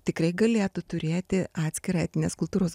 tikrai galėtų turėti atskirą etninės kultūros